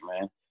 man